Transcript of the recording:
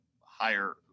higher